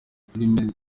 film